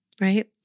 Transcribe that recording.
right